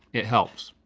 it helps.